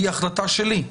היא החלטה שלי?